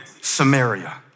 Samaria